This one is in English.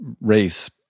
race